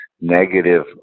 negative